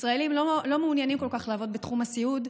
ישראלים לא מעוניינים כל כך לעבוד בתחום הסיעוד,